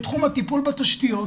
בתחום הטיפול בתשתיות,